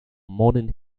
modern